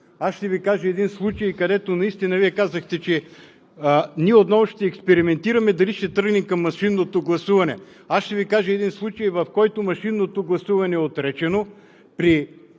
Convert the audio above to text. – те са наливане от пусто в празно. Наистина Вие казахте: ние отново ще експериментираме дали ще тръгнем към машинното гласуване. Ще Ви кажа един случай, в който машинното гласуване е отречено – при